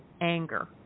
anger